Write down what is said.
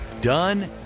Done